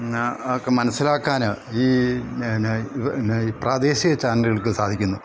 ഒക്കെ മനസ്സിലാക്കാൻ ഈ എന്നാ എന്നാ ഈ പ്രാദേശിക ചാനലുകൾക്ക് സാധിക്കുന്നു